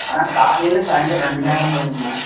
ஆனால் காலையில் சாய்ந்தரம் ரெண்டு நேரமும் வேணுங்கண்ணா